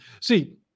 See